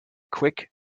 quick